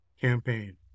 campaign